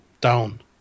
down